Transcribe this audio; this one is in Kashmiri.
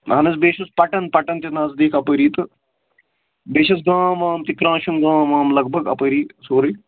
اَہَن حظ بیٚیہِ چھُس پَٹَن پَٹَن تہِ نزدیٖک اَپٲری تہٕ بیٚیہِ چھُس گام وام تہِ کرٛاشُن گام وام لگ بگ اَپٲری سورُے